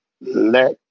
let